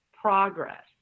progress